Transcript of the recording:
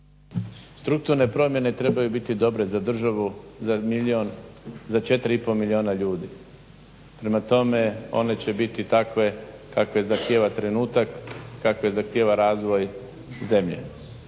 Strukturne promjene trebaju biti dobre za državu, za 4,5 milijuna ljudi. Prema tome, one će biti takve kakve zahtjeva trenutak, kakve zahtjeva razvoj zemlje.